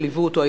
שליוו אותו,